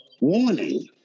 warning